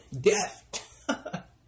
death